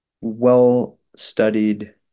well-studied